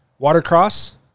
Watercross